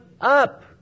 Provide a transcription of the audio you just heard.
up